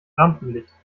rampenlicht